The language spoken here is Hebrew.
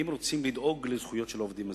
רוצים לדאוג לזכויות של העובדים הזרים,